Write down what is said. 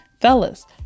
Fellas